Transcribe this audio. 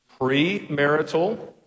premarital